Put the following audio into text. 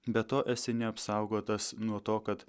be to esi neapsaugotas nuo to kad